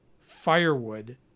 firewood